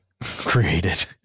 created